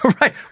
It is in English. Right